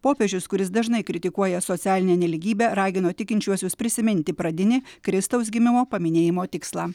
popiežius kuris dažnai kritikuoja socialinę nelygybę ragino tikinčiuosius prisiminti pradinį kristaus gimimo paminėjimo tikslą